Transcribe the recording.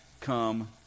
come